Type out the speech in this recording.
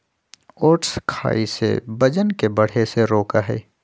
oats खाई से वजन के बढ़े से रोका हई